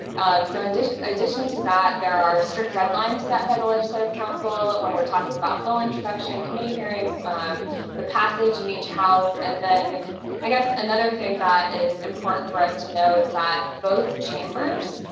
so in addition to that, there are strict deadlines set by the legislative council when we're talking about bill introduction, committee hearings, um the passage in each house, and then i guess another thing that is important for us to know is that both chambers,